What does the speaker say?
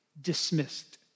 dismissed